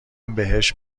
بهش